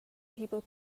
people